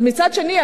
אבל מצד שני,